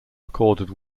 recorded